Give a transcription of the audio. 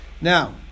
Now